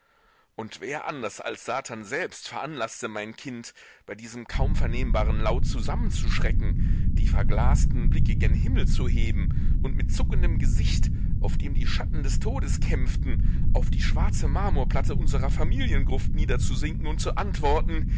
und wer anders als satan selbst veranlaßte mein kind bei diesem kaum vernehmbaren laut zusammenzuschrecken die verglasten blicke gen himmel zu heben und mit zuckendem gesicht auf dem die schatten des todes kämpften auf die schwarze marmorplatte unserer familiengruft niederzusinken und zu antworten